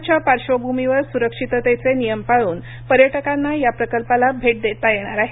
कोरोनाच्या पार्श्वभूमीवर सुरक्षिततेचे नियम पाळून पर्यटकांना या प्रकल्पाला भेट देता येणार आहे